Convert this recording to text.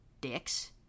dicks